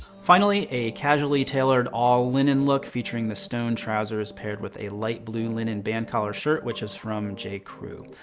finally, a casually tailored all linen look, featuring the stone trousers paired with a light blue linen band collar shirt, which is from j crew.